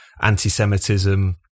anti-Semitism